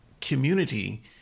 community